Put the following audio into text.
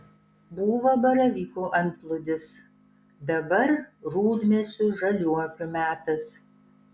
buvo baravykų antplūdis dabar rudmėsių žaliuokių metas